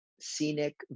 scenic